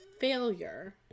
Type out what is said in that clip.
failure